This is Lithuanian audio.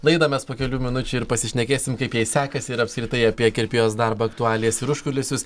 laidą nes po kelių minučių ir pasišnekėsim kaip jai sekasi ir apskritai apie kirpėjos darbo aktualijas ir užkulisius